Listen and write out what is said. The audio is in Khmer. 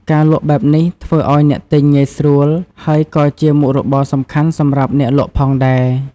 ការលក់បែបនេះធ្វើឲ្យអ្នកទិញងាយស្រួល ហើយក៏ជាមុខរបរសំខាន់សម្រាប់អ្នកលក់ផងដែរ។